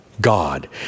God